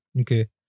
Okay